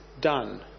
done